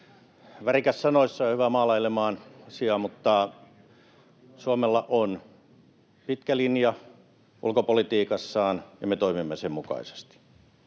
värikäs sanoissaan ja hyvä maalailemaan asiaa, mutta Suomella on pitkä linja ulkopolitiikassaan, ja me toimimme sen mukaisesti.